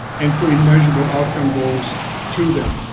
and putting in measurable outcome goals to them.